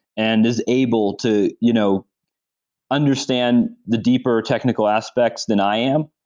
and is able to you know understand the deeper technical aspects than i am.